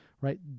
right